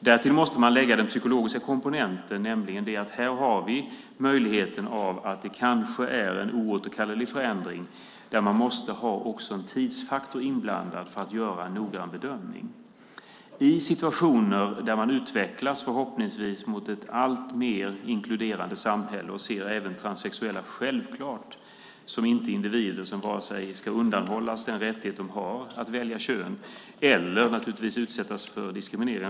Därtill måste vi lägga den psykologiska komponenten, nämligen att det här möjligen är en oåterkallelig förändring och att man därför måste ha en tidsfaktor inblandad för att kunna göra en noggrann bedömning. Vi utvecklas förhoppningsvis mot ett alltmer inkluderande samhälle och ser även transsexuella, självklart, som individer som inte vare sig ska undanhållas den rättighet de har att välja kön eller ska utsättas för diskriminering.